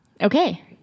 Okay